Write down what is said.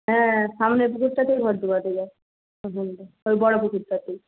হ্যাঁ সামনের পুকুরটাতে ঘট ডোবাতে যায় ওই বড়ো পুকুরটাতেই